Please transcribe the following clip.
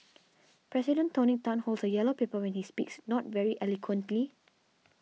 President Tony Tan holds a yellow paper when he speaks not very eloquently